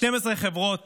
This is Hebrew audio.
יש 12 חברות